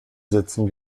sätzen